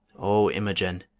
o imogen,